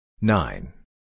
Nine